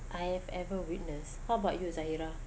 I have ever witnessed how about you zahirah